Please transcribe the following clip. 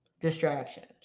distractions